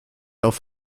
auf